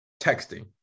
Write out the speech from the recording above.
texting